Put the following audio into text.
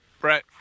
Brett